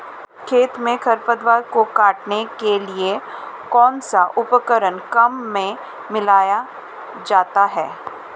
खेत में खरपतवार को काटने के लिए कौनसा उपकरण काम में लिया जाता है?